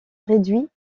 réduit